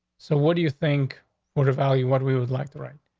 so what do you think would a value what we would like to write.